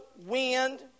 wind